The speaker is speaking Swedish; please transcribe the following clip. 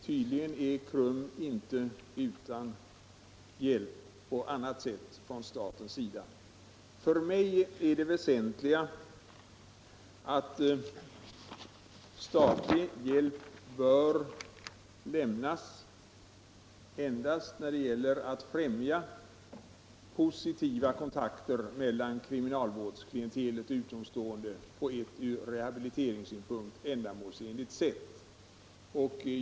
Tydligen är KRUM således inte utan hjälp på annat sätt från statens sida. För mig är det väsentliga att statlig hjälp lämnas endast när det gäller att främja positiva kontakter mellan kriminalvårdsklientelet och utomstående på ett ur rehabiliteringssynpunkt ändamålsenligt sätt.